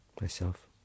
Myself